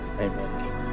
amen